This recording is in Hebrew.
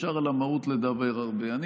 אפשר לדבר הרבה על המהות,